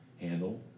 handle